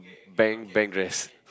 bang bang dress